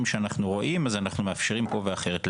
שאנחנו רואים אז אנחנו מאפשרים פה ואחרת.